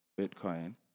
Bitcoin